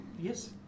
Yes